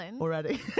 Already